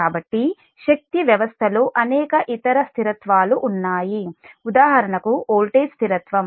కాబట్టి శక్తి వ్యవస్థలో అనేక ఇతర స్థిరత్వాలు ఉన్నాయి ఉదాహరణకు వోల్టేజ్ స్థిరత్వం